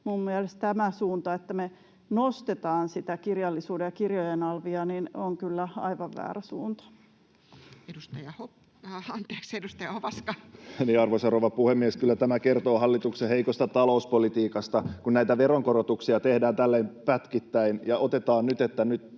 Minun mielestäni tämä suunta, että me nostetaan sitä kirjallisuuden ja kirjojen alvia, on kyllä aivan väärä suunta. Edustaja Ovaska. Arvoisa rouva puhemies! Kyllä tämä kertoo hallituksen heikosta talouspolitiikasta, kun näitä veronkorotuksia tehdään tälleen pätkittäin ja otetaan nyt kympistä